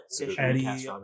Eddie